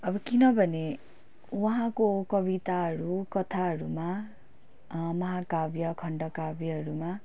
अब किनभने उहाँको कविताहरू कथाहरूमा महाकाव्य खण्डकाव्यहरूमा